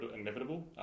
inevitable